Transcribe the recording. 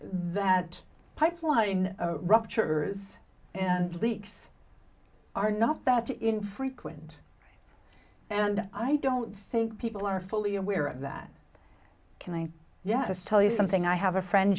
that pipeline ruptures and leaks are not that infrequent and i don't think people are fully aware of that can i just tell you something i have a friend